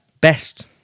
Best